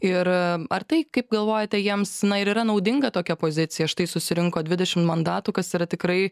ir ar tai kaip galvojate jiems na ir yra naudinga tokia pozicija štai susirinko dvidešim mandatų kas yra tikrai